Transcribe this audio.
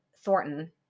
Thornton